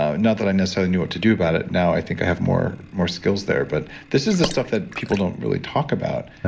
ah not that i necessarily knew what to do about it. now i think i have more, more skills there, but this is the stuff that people don't really talk about.